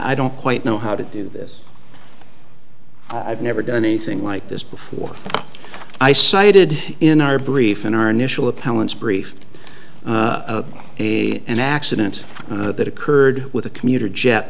i don't quite know how to do this i've never done anything like this before i cited in our brief and our initial appellant's brief a an accident that occurred with a commuter jet